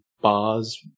bars